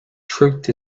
truth